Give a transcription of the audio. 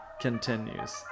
continues